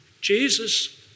Jesus